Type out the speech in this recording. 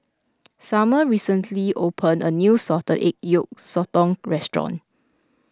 Sumner recently opened a new Salted Egg Yolk Sotong restaurant